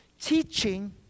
Teaching